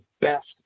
best